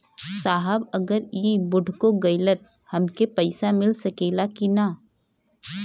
साहब अगर इ बोडखो गईलतऽ हमके पैसा मिल सकेला की ना?